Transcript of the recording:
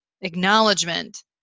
acknowledgement